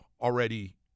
already